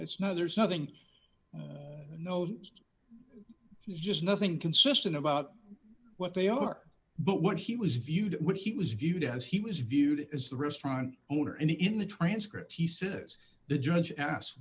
it's now there's nothing no he just nothing consistent about what they are but what he was viewed with he was viewed as he was viewed as the restaurant owner and in the transcript he says the judge as